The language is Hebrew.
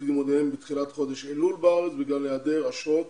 לימודיהם בתחילת חודש אלול בארץ בגלל היעדר אשרות